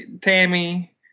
Tammy